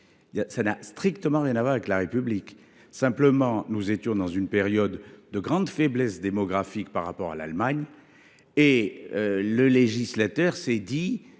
Cela n’a strictement rien à voir avec la République : nous étions dans une période de grande faiblesse démographique par rapport à l’Allemagne et le législateur s’est